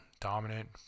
dominant